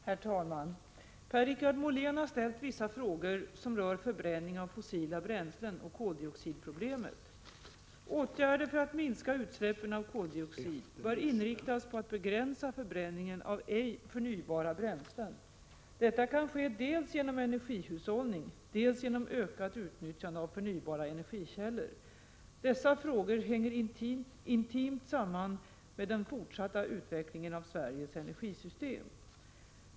Herr talman! Per-Richard Molén har ställt vissa frågor som rör förbränning av fossila bränslen och koldioxidproblemet. Åtgärder för att minska utsläppen av koldioxid bör inriktas på att begränsa förbränningen av ej förnybara bränslen. Detta kan ske dels genom energihushållning, dels genom ökat utnyttjande av förnybara energikällor. Dessa frågor hänger intimt samman med den fortsatta utvecklingen av Sveriges energisystem.